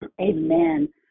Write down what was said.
Amen